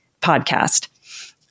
podcast